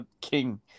king